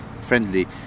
friendly